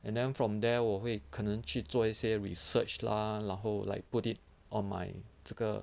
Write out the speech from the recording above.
and then from there 我会可能去做一些 research lah 然后 like put it on my 这个